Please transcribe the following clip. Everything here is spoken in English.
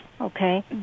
okay